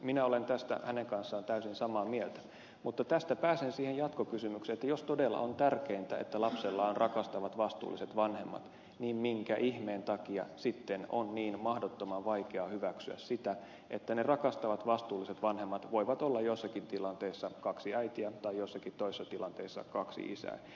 minä olen tästä hänen kanssaan täysin samaa mieltä mutta tästä pääsen siihen jatkokysymykseen että jos todella on tärkeintä että lapsella on rakastavat vastuulliset vanhemmat niin minkä ihmeen takia sitten on niin mahdottoman vaikeaa hyväksyä sitä että ne rakastavat vastuulliset vanhemmat voivat olla joissakin tilanteissa kaksi äitiä tai joissakin toisissa tilanteissa kaksi isää